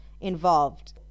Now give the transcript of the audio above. involved